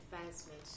advancement